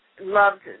loved